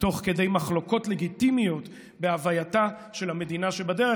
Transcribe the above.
תוך כדי מחלוקות לגיטימיות בהווייתה של המדינה שבדרך,